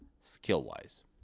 skill-wise